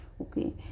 okay